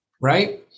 Right